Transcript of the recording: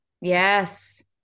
yes